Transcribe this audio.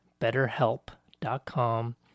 betterhelp.com